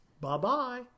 Bye-bye